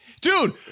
Dude